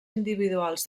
individuals